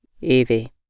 Evie